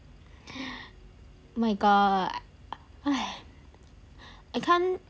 my god I can't